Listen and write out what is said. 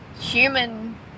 human